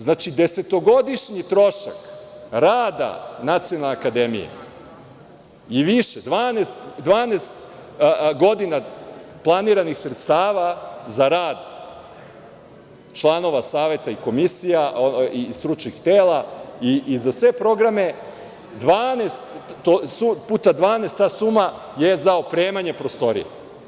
Znači, desetogodišnji trošak rada Nacionalne akademije i više, 12 godina planiranih sredstava za rad članova saveta i komisija i stručnih tela i za sve programe, puta 12, ta suma je za opremanje prostorija.